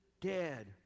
dead